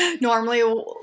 Normally